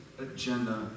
Agenda